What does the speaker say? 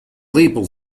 label